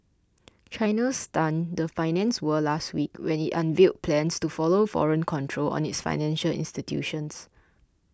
China stunned the finance world last week when it unveiled plans to allow foreign control on its financial institutions